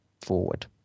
forward